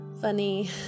funny